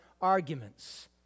arguments